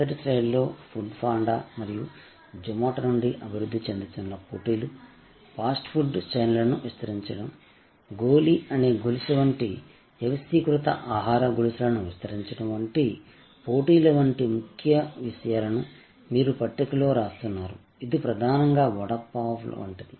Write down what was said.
మొదటి స్లయిడ్లో Foodpanda మరియు జొమాటో నుండి అభివృద్ధి చెందుతున్న పోటీలు ఫాస్ట్ ఫుడ్ చైన్లను విస్తరించడం గోలి అనే గొలుసు వంటి వ్యవస్థీకృత ఆహార గొలుసులను విస్తరించడం వంటి పోటీల వంటి ముఖ్య విషయాలను మీరు పట్టికలో వ్రాస్తున్నారు ఇది ప్రధానంగా వడ పావ్ వంటిది